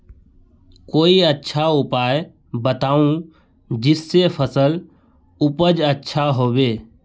कोई अच्छा उपाय बताऊं जिससे फसल उपज अच्छा होबे